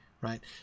right